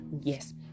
yes